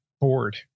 bored